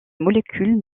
molécules